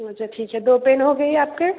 अच्छा ठीक है दो पेन हो गई आपके